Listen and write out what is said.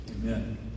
Amen